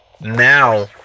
now